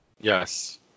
yes